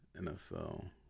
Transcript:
NFL